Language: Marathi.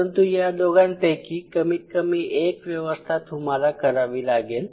परंतु या दोघांपैकी कमीत कमी एक व्यवस्था तुम्हाला करावी लागेल